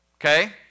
okay